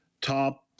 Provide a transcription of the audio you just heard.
top